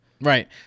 Right